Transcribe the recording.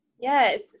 Yes